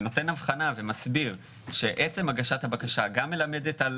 נותן אבחנה ומסביר שעצם הגשת הבקשה גם מלמדת על